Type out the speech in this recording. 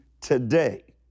today